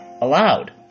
allowed